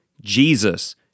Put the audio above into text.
Jesus